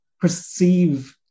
perceive